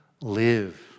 live